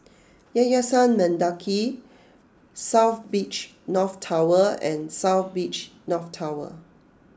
Yayasan Mendaki South Beach North Tower and South Beach North Tower